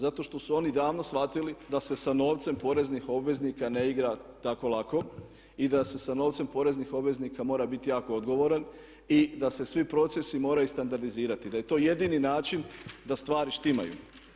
Zato što su oni davno shvatili da se sa novcem poreznih obveznika ne igra tako lako i da se sa novcem poreznih obveznika mora biti jako odgovoran i da se svi procesi moraju standardizirati, da je to jedini način da stvari štimaju.